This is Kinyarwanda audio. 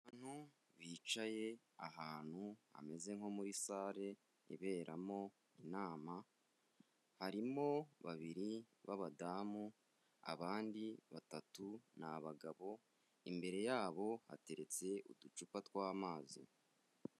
Abantu bicaye ahantu hameze nko muri salle iberamo inama, harimo babiri babadamu abandi batatu ni abagabo, imbere yabo hateretse uducupa tw'amazi.